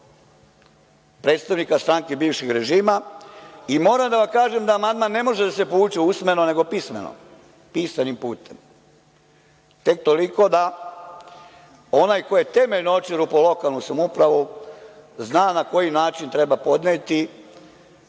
predstavnika stranke bivšeg režima. Moram da vam kažem da amandman ne može da se povuče usmeno, nego pismeno, pisanim putem. Tek toliko da onaj ko je temeljno očerupao lokalnu samoupravu, zna na koji način treba podneti